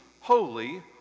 Holy